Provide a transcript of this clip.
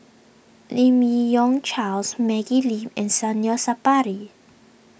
Lim Yi Yong Charles Maggie Lim and Zainal Sapari